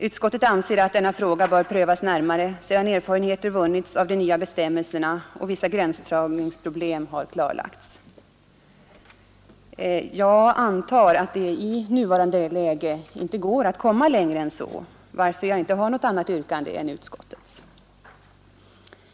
Utskottet anser att denna fråga bör prövas närmare sedan erfarenheter vunnits av de nya bestämmelserna och vissa gränsdragningsproblem har klarlagts. Jag antar att det i nuvarande läge inte går att komma längre än så, varför jag inte har något annat yrkande än utskottet.